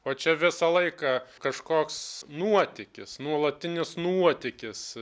o čia visą laiką kažkoks nuotykis nuolatinis nuotykis